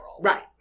Right